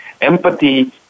empathy